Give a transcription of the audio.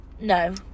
No